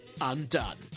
undone